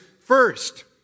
first